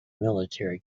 military